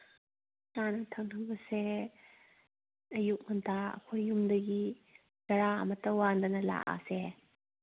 ꯆꯥꯅ ꯊꯛꯅꯕꯁꯦ ꯑꯌꯨꯛ ꯉꯟꯇꯥ ꯑꯩꯈꯣꯏ ꯌꯨꯝꯗꯒꯤ ꯆꯔꯥ ꯑꯃꯇ ꯋꯥꯟꯗꯅ ꯂꯥꯛꯂꯁꯦ